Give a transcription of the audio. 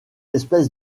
espèce